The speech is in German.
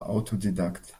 autodidakt